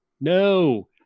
no